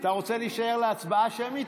אתה רוצה להישאר להצבעה שמית?